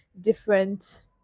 different